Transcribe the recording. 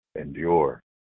Endure